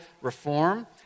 reform